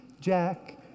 Jack